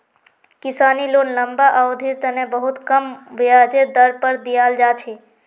किसानी लोन लम्बा अवधिर तने बहुत कम ब्याजेर दर पर दीयाल जा छे